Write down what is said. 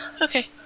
Okay